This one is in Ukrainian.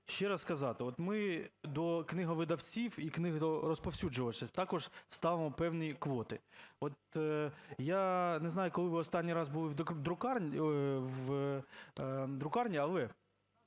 ще раз сказати, от ми до книговидавців і книгорозповсюджувачів також ставимо певні квоти. От я не знаю, коли ви останній раз були в друкарні, але…